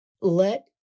Let